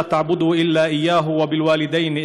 להלן תרגומם הסימולטני לעברית: